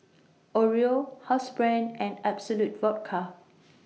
Oreo Housebrand and Absolut Vodka